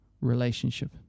relationship